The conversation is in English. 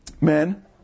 men